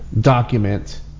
document